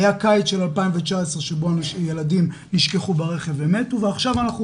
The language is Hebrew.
היה קיץ של 2019 שבו ילדים נשכחו ברכב ומתו ועכשיו אנחנו